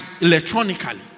electronically